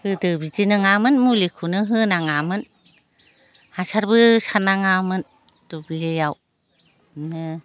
गोदो बिदि नङामोन मुलिखौनो होनाङामोन हासारबो सारनाङामोन दुब्लियाव बिदिनो